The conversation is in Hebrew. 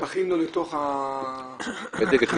ברגע שהוא ממלא מספר זהות כל הפרטים של הרכב נשפכים לו לתוך ה --- כן.